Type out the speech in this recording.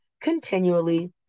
continually